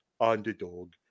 underdog